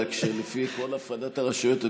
רק שלפי כל הפרדת הרשויות,